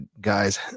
guys